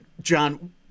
John